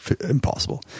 impossible